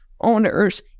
owners